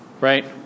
right